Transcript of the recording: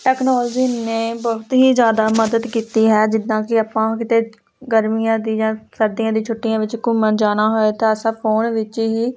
technology ਨੇ ਬਹੁਤ ਹੀ ਜ਼ਿਆਦਾ ਮਦਦ ਕੀਤੀ ਹੈ ਜਿੱਦਾਂ ਕਿ ਆਪਾਂ ਕਿਤੇ ਗਰਮੀਆਂ ਦੀ ਜਾਂ ਸਰਦੀਆਂ ਦੀ ਛੁੱਟੀਆਂ ਵਿੱਚ ਘੁੰਮਣ ਜਾਣਾ ਹੋਵੇ ਤਾਂ ਅਸੀਂ ਫੋਨ ਵਿੱਚ ਹੀ